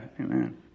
amen